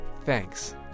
Thanks